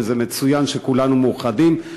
וזה מצוין שכולנו מאוחדים.